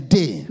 day